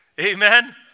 amen